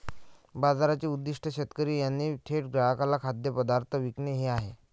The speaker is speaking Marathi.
बाजाराचे उद्दीष्ट शेतकरी यांनी थेट ग्राहकांना खाद्यपदार्थ विकणे हे आहे